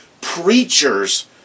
preachers